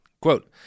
Quote